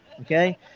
Okay